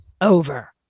over